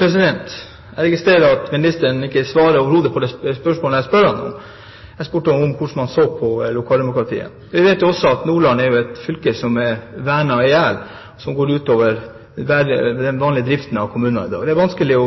Jeg registrerer at ministeren overhodet ikke svarer på det spørsmålet jeg stiller ham. Jeg spurte om hvordan han ser på lokaldemokratiet. Vi vet også at Nordland er et fylke som er vernet i hjel, noe som går ut over den vanlige driften av kommunene i dag. Det er vanskelig